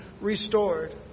restored